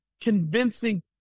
convincing